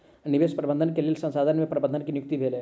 निवेश प्रबंधन के लेल संसथान में प्रबंधक के नियुक्ति भेलै